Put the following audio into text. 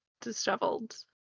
disheveled